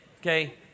okay